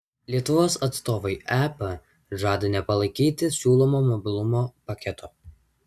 lietuvos atstovai ep žada nepalaikyti siūlomo mobilumo paketo